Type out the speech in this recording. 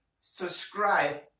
subscribe